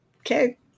Okay